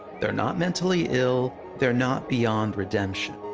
they're not mentally ill. they're not beyond redemption.